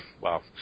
wow